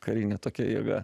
karinė tokia jėga